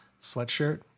sweatshirt